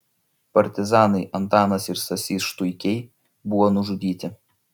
partizanai antanas ir stasys štuikiai buvo nužudyti